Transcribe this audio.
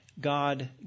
God